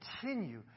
continue